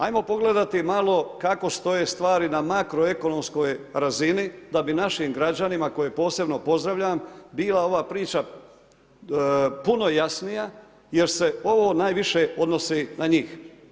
Ajmo pogledati malo kako stoje stvari na makroekonomskoj razini da bi našim građanima koje posebno pozdravljam, bila ova priča puno jasnija jer se ovo najviše odnosi na njih.